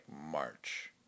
March